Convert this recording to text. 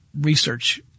research